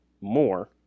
more